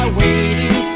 waiting